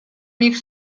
mix